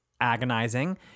agonizing